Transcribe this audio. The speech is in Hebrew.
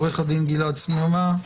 עו"ד גלעד סממה.